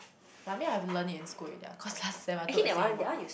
but I mean I have learnt it in school already ah cause last sem I took a singing mod